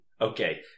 Okay